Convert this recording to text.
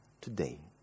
today